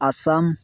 Assam